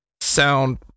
sound